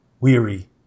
weary